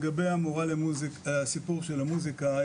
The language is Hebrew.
לגבי הסיפור של המוזיקה,